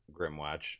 Grimwatch